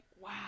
wow